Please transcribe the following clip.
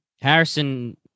Harrison